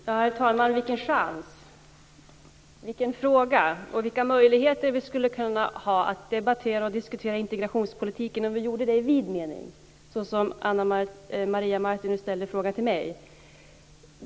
Herr talman! Vilken chans! Vilken fråga! Vilka möjligheter vi skulle kunna ha att debattera och diskutera integrationspolitiken om vi gjorde det i vid mening, så som Ana Maria Narti nu ställde frågan till mig.